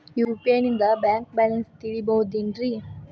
UPI ನಿಂದ bank balance ತಿಳಿಬಹುದೇನ್ರಿ?